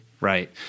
Right